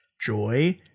joy